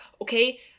okay